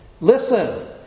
Listen